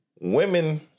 women